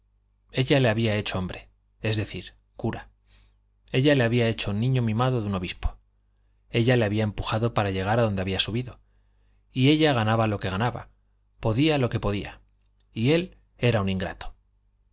ella le había hecho hombre es decir cura ella le había hecho niño mimado de un obispo ella le había empujado para llegar adonde había subido y ella ganaba lo que ganaba podía lo que podía y él era un ingrato